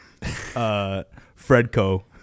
Fredco